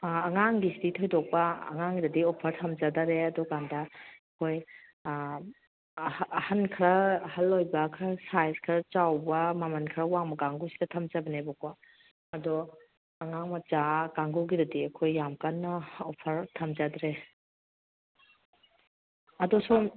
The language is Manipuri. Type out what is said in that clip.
ꯑꯉꯥꯡꯒꯤꯁꯤꯗꯤ ꯊꯣꯏꯗꯣꯛꯄ ꯑꯉꯥꯡꯒꯤꯗꯗꯤ ꯑꯣꯐꯔ ꯊꯝꯖꯗꯔꯦ ꯑꯗꯨꯀꯥꯟꯗ ꯑꯩꯈꯣꯏ ꯑꯍꯟ ꯈꯔ ꯑꯍꯟ ꯑꯣꯏꯕ ꯈꯔ ꯁꯥꯏꯖ ꯈꯔ ꯆꯥꯎꯕ ꯃꯃꯜ ꯈꯔ ꯋꯥꯡꯕ ꯀꯥꯡꯕꯨꯁꯤꯗ ꯊꯝꯖꯕꯅꯦꯕꯀꯣ ꯑꯗꯣ ꯑꯉꯥꯡ ꯃꯆꯥ ꯀꯥꯡꯕꯨꯒꯤꯗꯗꯤ ꯑꯩꯈꯣꯏ ꯌꯥꯝ ꯀꯟꯅ ꯑꯣꯐꯔ ꯊꯝꯖꯗ꯭ꯔꯦ ꯑꯗꯨ ꯁꯣꯝ